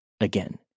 again